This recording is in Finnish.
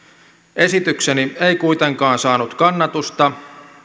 esitykseni ei kuitenkaan saanut kannatusta